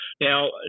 now